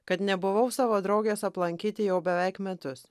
kad nebuvau savo draugės aplankyti jau beveik metus